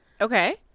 Okay